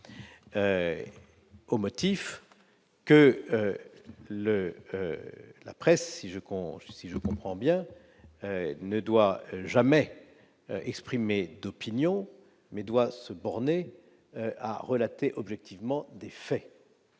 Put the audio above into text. au motif que la presse, si je comprends bien, ne doit jamais exprimer d'opinion et doit se borner à relater des faits